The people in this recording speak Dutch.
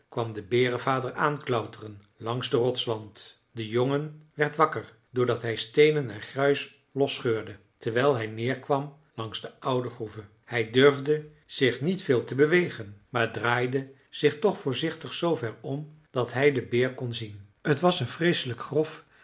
kwam de berenvader aanklauteren langs den rotswand de jongen werd wakker doordat hij steenen en gruis losscheurde terwijl hij neerkwam langs de oude groeve hij durfde zich niet veel te bewegen maar draaide zich toch voorzichtig zoover om dat hij den beer kon zien t was een vreeselijk grof